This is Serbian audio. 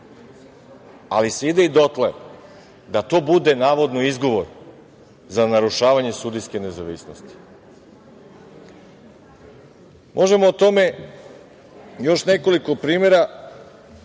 Ali se ide i dotle da to bude navodno izgovor za narušavanje sudijske nezavisnosti. Možemo o tome još nekoliko primera,